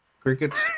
Crickets